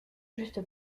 juste